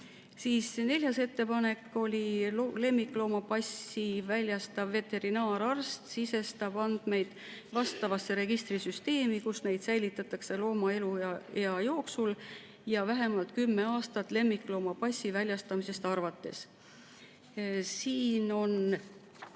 Neljas ettepanek oli see: lemmikloomapassi väljastav veterinaararst sisestab andmeid vastavasse registrisüsteemi, kus neid säilitatakse looma eluea jooksul ja vähemalt kümme aastat lemmikloomapassi väljastamisest arvates. Siin on